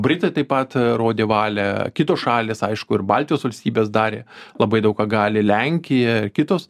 britai taip pat rodė valią kitos šalys aišku ir baltijos valstybės darė labai daug ką gali lenkija kitos